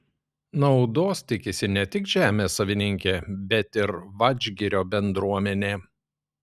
naudos tikisi ne tik žemės savininkė bet ir vadžgirio bendruomenė